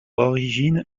origine